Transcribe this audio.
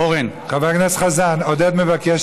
אורן, חבר הכנסת חזן, עודד מבקש